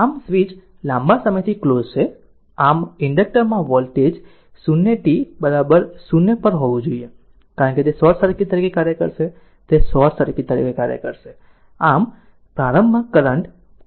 આમ સ્વીચ લાંબા સમયથી ક્લોઝ છે અને આમ ઇન્ડક્ટર માં વોલ્ટેજ 0 t 0 પર હોવો જોઈએ કારણ કે તે એક શોર્ટ સર્કિટ તરીકે કાર્ય કરશે તે શોર્ટ સર્કિટ તરીકે કાર્ય કરશે અને આમ પ્રારંભમાં કરંટ માં કરંટ